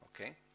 okay